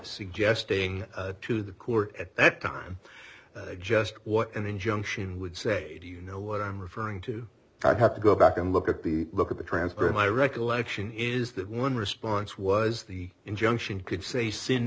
suggesting to the court at that time just what an injunction would say you know what i'm referring to i have to go back and look at the look at the transfer in my recollection is that one response was the injunction could say s